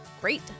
great